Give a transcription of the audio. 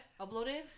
Uploaded